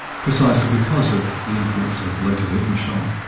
precisely because of the influence of the later wittgenstein.